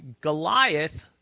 Goliath